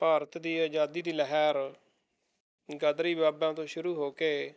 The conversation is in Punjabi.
ਭਾਰਤ ਦੀ ਆਜ਼ਾਦੀ ਦੀ ਲਹਿਰ ਗਦਰੀ ਬਾਬਿਆਂ ਤੋਂ ਸ਼ੁਰੂ ਹੋ ਕੇ